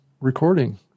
recording